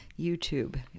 YouTube